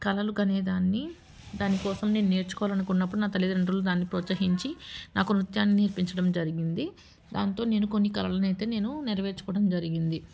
కలలు కనేదాన్ని దానికోసం నేను నేర్చుకోవాలి అనుకున్నప్పుడు నా తల్లిదండ్రులు దాన్ని ప్రోత్సహించి నాకు నృత్యాన్ని నేర్పించడం జరిగింది దాంతో నేను కొన్ని కలలని అయితే నేను నెరవేర్చుకోవడం జరిగింది